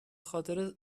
خاطر